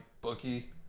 bookie